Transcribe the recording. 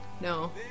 No